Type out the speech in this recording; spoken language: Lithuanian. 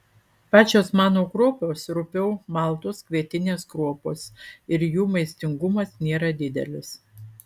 pačios manų kruopos rupiau maltos kvietinės kruopos ir jų maistingumas nėra didelis